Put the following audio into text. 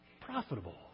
profitable